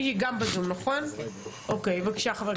בבקשה.